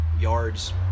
yards